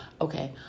okay